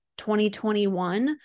2021